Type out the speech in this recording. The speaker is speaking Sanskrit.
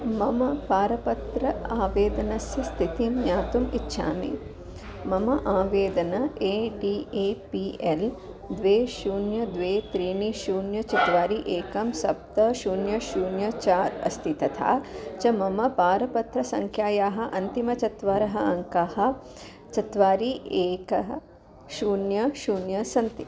मम पारपत्र आवेदनस्य स्थितिं ज्ञातुम् इच्छामि मम आवेदन A D A P L द्वे शून्यं द्वे त्रीणि शून्यं चत्वारि एकं सप्त शून्यं शून्यं चार् अस्ति तथा च मम पारपत्रसङ्ख्यायाः अन्तिमचत्वारः अङ्काः चत्वारि एकः शून्यं शून्यं सन्ति